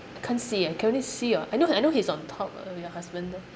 I can't see ah can only see your I know I know he's on top of your husband